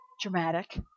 dramatic